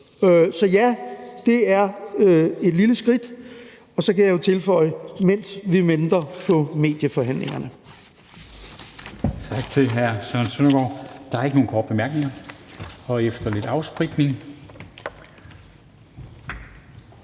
Så ja, det er et lille skridt. Og så kan jeg jo tilføje: mens vi venter på medieforhandlingerne. Kl. 21:25 Formanden (Henrik Dam Kristensen): Tak til hr. Søren Søndergaard. Der er ikke nogen korte bemærkninger, og efter lidt afspritning